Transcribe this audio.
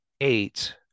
eight